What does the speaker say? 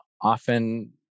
often